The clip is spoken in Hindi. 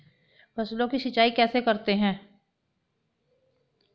फसलों की सिंचाई कैसे करते हैं?